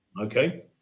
Okay